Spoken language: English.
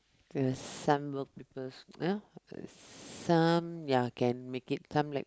there's some more people ya some ya can make it some like